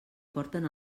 porten